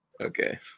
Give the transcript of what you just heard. Okay